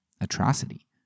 atrocity